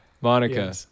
Monica